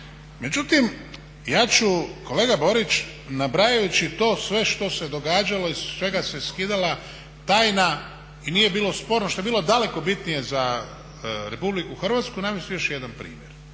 Međutim, ja ću kolega Borić nabrajajući to sve što se događalo i sa svega se skidala tajna i nije bilo sporno, što je bilo daleko bitnije za RH, navesti ću još jedan primjer.